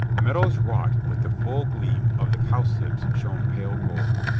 meadows wrought with the full gleam of the cowslips shone pale gold.